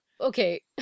Okay